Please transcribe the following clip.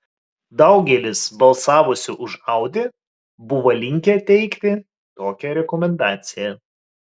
daugelis balsavusių už audi buvo linkę teikti tokią rekomendaciją